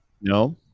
No